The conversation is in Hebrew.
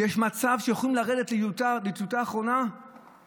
שיש מצב שיכולים לרדת לדיוטה אחרונה,